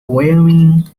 wyoming